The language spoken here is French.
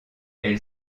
elle